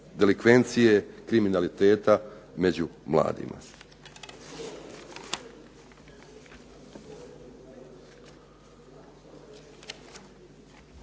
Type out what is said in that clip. delikvencije, kriminaliteta među mladima.